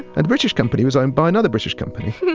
and british company was owned by another british company.